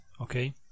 okay